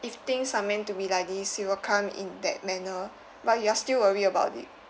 if things are meant to be like this it will come in that manner but you are still worry about it